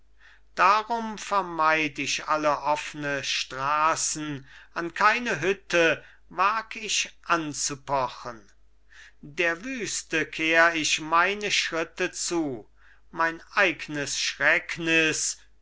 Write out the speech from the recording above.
darum vermeid ich alle offne straßen an keine hütte wag ich anzupochen der wüste kehr ich meine schritte zu mein eignes schrecknis